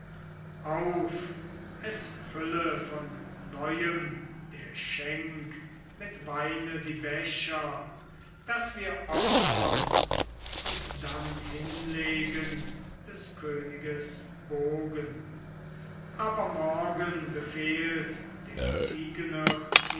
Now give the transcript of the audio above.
auf es fülle von neuem der schenk mit weine die becher daß wir opfern und dann hinlegen des königes bogen aber morgen befehlt dem